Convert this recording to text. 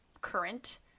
current